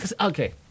Okay